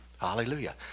Hallelujah